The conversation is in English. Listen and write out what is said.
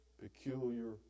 peculiar